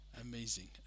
Amazing